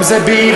אם זה בעיראק,